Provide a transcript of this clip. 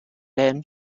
them